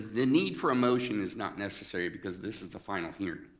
the need for a motion is not necessary because this is a final hearing,